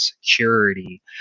security